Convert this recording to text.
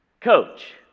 Coach